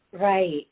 Right